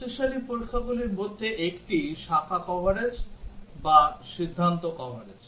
শক্তিশালী পরীক্ষাগুলির মধ্যে একটি শাখা কভারেজ বা সিদ্ধান্ত কভারেজ